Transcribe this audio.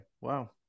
Wow